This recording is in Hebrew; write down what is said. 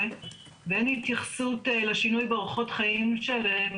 ואין התייחסות לשינוי באורחות חיים שלהם.